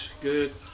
good